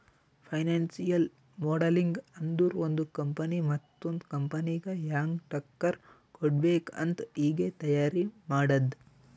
financial modelling ಅಂದುರ್ ಒಂದು company ಮತ್ತೊಂದ್ ಕಂಪನಿಗ ಹ್ಯಾಂಗ್ ಟಕ್ಕರ್ ಕೊಡ್ಬೇಕ್ ಅಂತ್ ಈಗೆ ತೈಯಾರಿ ಮಾಡದ್ದ್